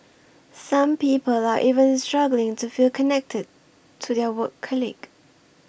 some people are even struggling to feel connected to their work colleagues